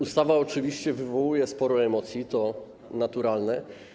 Ustawa oczywiście wywołuje sporo emocji, to naturalne.